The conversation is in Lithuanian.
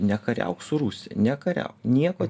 nekariauk su rusijia nekariauk nieko